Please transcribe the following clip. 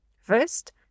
First